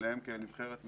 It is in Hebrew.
אליו כאל נבחרת משרתת.